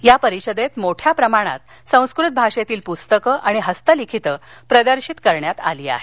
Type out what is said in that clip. या परिषदेत मोठ्या प्रमाणात संस्कृत भाषेतील पुस्तकं आणि हस्तलिखितं प्रदर्शित करण्यात आली आहेत